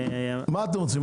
מה אתם רוצים?